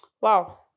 wow